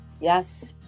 Yes